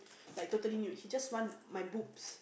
like totally nude he just want my boobs